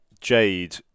jade